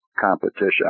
competition